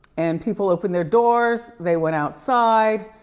and people opened their doors, they went outside.